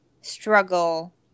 struggle